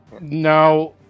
No